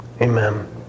Amen